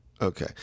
Okay